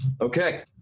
Okay